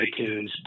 itunes